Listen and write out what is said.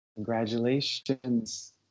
Congratulations